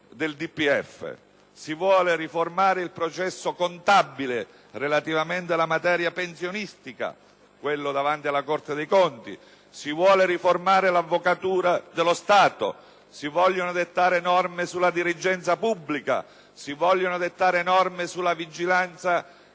si vuole riformare il processo contabile relativamente alla materia pensionistica, quello davanti alla Corte dei conti; si vuole riformare l'Avvocatura dello Stato; si vogliono dettare norme sulla dirigenza pubblica, sulla vigilanza sui servizi